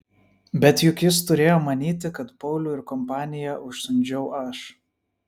bet juk jis turėjo manyti kad paulių ir kompaniją užsiundžiau aš